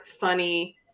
funny